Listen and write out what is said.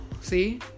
see